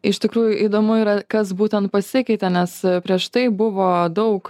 iš tikrųjų įdomu yra kas būtent pasikeitė nes prieš tai buvo daug